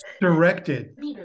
directed